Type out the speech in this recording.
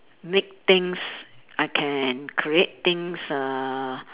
make things I can create things uh